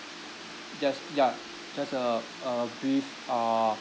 just ya just uh a brief uh